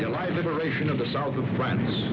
your life liberation of the south of france